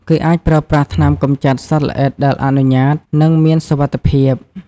គេអាចប្រើប្រាស់ថ្នាំកម្ចាត់សត្វល្អិតដែលអនុញ្ញាត និងមានសុវត្ថិភាព ។